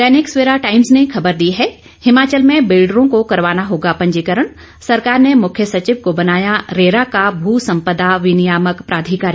दैनिक Savera times ने ख़बर दी है हिमाचल में बिल्डरों को करवाना होगा पंजीकरण सरकार ने मुख्य सचिव को बनाया रेरा का भू संपदा विनियामक प्राधिकारी